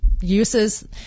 uses